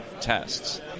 tests